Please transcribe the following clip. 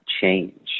change